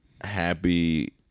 happy